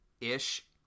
ish